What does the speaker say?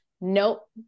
Nope